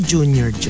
Junior